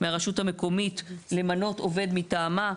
מהרשות המקומית למנות עובד מטעמה,